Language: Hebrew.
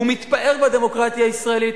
והוא מתפאר בדמוקרטיה הישראלית,